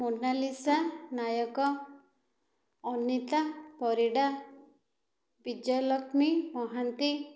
Monalisa Nayak Anita Parida Bijayalakshmi Mohanty